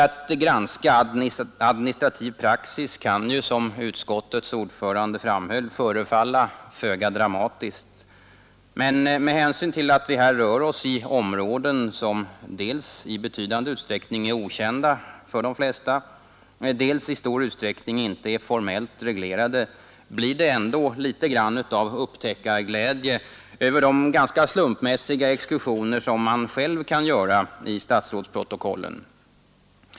Att granska administrativ praxis kan ju, som utskottets ordförande framhöll, förefalla föga dramatiskt, men med hänsyn till att vi här rör oss i områden som dels i betydande omfattning är okända för de flesta, dels i stor utsträckning inte är formellt reglerade blir det ändå litet grand av upptäckarglädje över de ganska slumpmässiga exkursioner som man själv kan göra i statsrådsprotokollen.